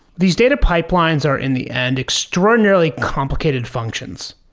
these data pipelines are in the end extraordinarily complicated functions.